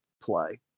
play